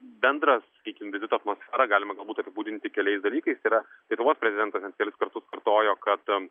bendrą sakykim vizito atmosferą galima galbūt apibūdinti keliais dalykais tai yra lietuvos prezidentas net kelis kartus kartojo kad